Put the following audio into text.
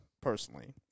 personally